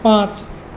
पांच